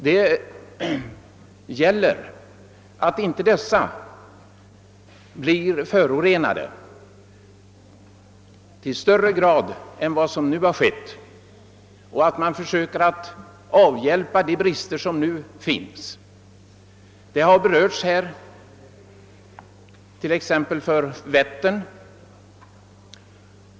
Dessa får inte bli förorenade i högre grad än vad som nu är fallet, och man måste försöka avhjälpa de nuvarande bristerna. Det har här talats om bl.a. Vättern.